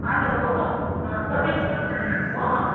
hello तपाईँ sir बोल्नुभएको हो